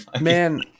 Man